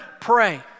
pray